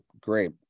great